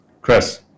chris